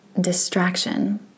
distraction